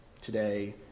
today